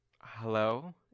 Hello